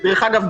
דרך אגב,